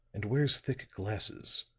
and wears thick glasses.